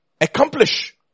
Accomplish